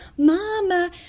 mama